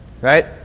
right